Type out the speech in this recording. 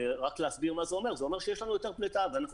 ורק להסביר מה זה אומר זה אומר שיש לנו יותר פליטה ואנחנו